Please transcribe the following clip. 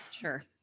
Sure